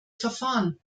verfahren